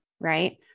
right